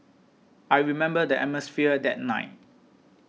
I remember the atmosphere that night